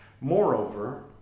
Moreover